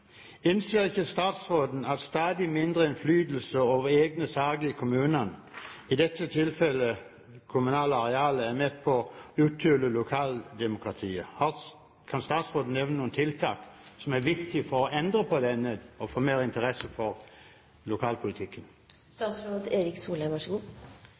ikke statsråden at stadig mindre innflytelse over egne saker i kommunen – i dette tilfellet kommunale arealer – er med på å uthule lokaldemokratiet? Kan statsråden nevne noen tiltak som er viktig for å endre på dette og få mer interesse for